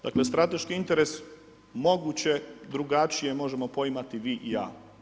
Dakle strateški interes moguće drugačije možemo poimati vi i ja.